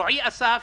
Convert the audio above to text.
רועי אסף